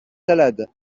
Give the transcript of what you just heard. salades